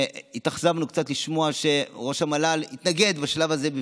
והתאכזבנו קצת לשמוע שראש המל"ל התנגד בשלב הזה,